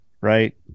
right